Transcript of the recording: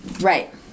Right